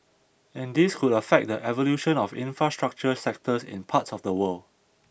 and this could affect the evolution of infrastructure sectors in parts of the world